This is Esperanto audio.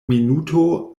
minuto